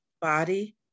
Body